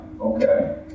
okay